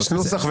יש נוסח.